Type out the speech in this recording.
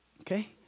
Okay